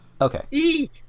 Okay